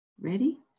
Ready